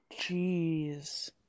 Jeez